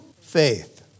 faith